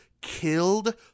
killed